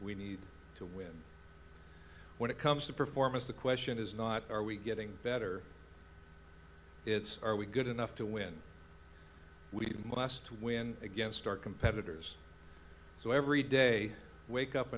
we need to win when it comes to performance the question is not are we getting better it's are we good enough to win we must win against our competitors so every day wake up